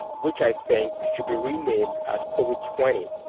which i think should be renamed as covid twenty,